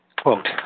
Quote